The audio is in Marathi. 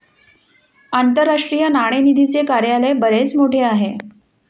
आंतरराष्ट्रीय नाणेनिधीचे कार्यालय बरेच मोठे आहे